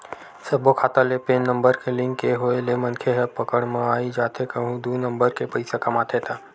सब्बो खाता ले पेन नंबर के लिंक के होय ले मनखे ह पकड़ म आई जाथे कहूं दू नंबर के पइसा कमाथे ता